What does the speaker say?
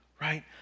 Right